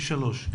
פי שלושה.